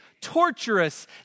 torturous